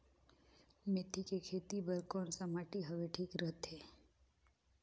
मेथी के खेती बार कोन सा माटी हवे ठीक हवे?